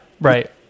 right